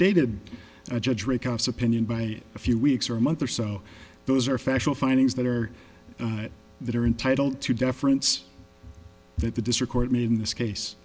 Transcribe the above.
recounts opinion by a few weeks or a month or so those are factual findings that are that are entitled to deference that the district court in this case